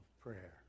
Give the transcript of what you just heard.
prayer